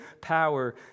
power